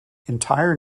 entire